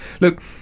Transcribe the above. Look